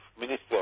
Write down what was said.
minister